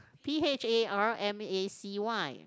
P H A R M A C Y